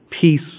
Peace